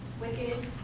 wicked